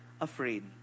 afraid